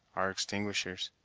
are extinguishers!